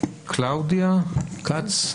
קלאודיה כץ.